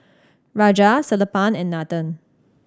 Raja Sellapan and Nathan